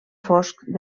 fosc